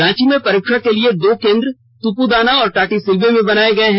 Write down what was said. रांची में परीक्षा के लिए दो केन्द्र तुपुदाना और टाटी सिलवे में बनाए गए हैं